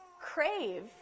Crave